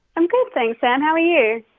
i'm good, thanks sam, how are you?